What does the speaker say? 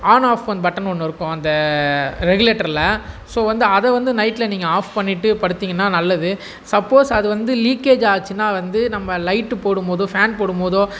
on off fan button ஒன்று இருக்கும் அந்த ரெகுலேட்டரில் ஸோ வந்து அதை வந்து நைட்டில் நீங்கள் ஆஃப் பண்ணிவிட்டு படுத்திங்கன்னா நல்லது சப்போஸ் அது வந்து லீக்கேஜ் ஆச்சுன்னா வந்து நம்ம லைட்டு போடும் போதோ ஃபேன் போடும் போதோ